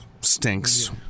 stinks